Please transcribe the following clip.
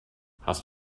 hast